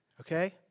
Okay